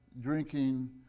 drinking